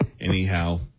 Anyhow